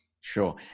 Sure